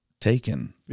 taken